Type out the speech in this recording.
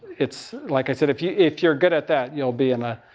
it's, like i said, if you, if you're good at that, you'll be in a,